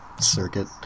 circuit